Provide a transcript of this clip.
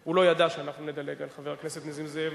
שהוא לא ידע שאנחנו נדלג על חבר הכנסת נסים זאב,